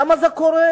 למה זה קורה?